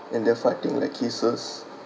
and they're fighting like cases